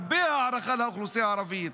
הרבה הערכה לאוכלוסייה הערבית.